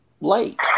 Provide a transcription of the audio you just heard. late